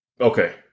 Okay